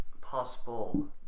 possible